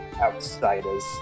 outsiders